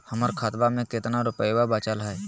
हमर खतवा मे कितना रूपयवा बचल हई?